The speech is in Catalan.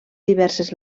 diverses